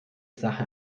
sache